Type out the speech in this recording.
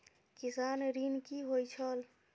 किसान ऋण की होय छल?